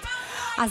חכמים בנחת נשמעים.